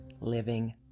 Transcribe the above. living